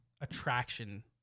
attraction